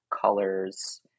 colors